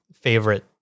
favorite